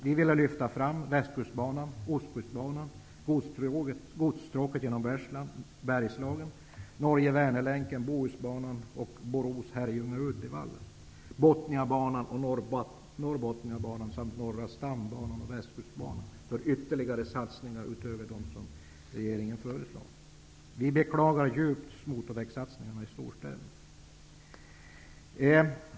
Vi ville för ytterligare satsningar utöver de av regeringen föreslagna lyfta fram Vi beklagar djupt motorvägssatsningarna i storstäderna.